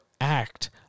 act